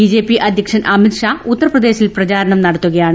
BJP അദ്ധ്യക്ഷൻ അമിത്ഷാ ഉത്തർപ്രദേശിൽ പ്രചാരണം നടത്തുകയാണ്